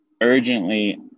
urgently